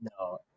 no